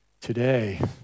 today